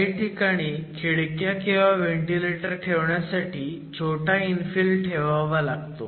काही ठिकाणी खिडक्या किंवा व्हेंटिलेटर ठेवण्यासाठी छोटा इन्फिल ठेवावा लागतो